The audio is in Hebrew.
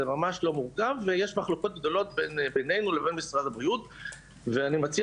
יש מחלוקות בינינו לבין משרד הבריאות ואני מציע